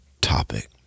topic